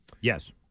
Yes